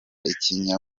ikinya